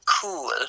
cool